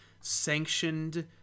sanctioned